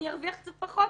אני ארוויח קצת פחות,